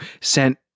sent